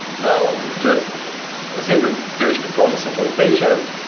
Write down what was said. now just ah say we finished the process of annotation,